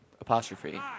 Apostrophe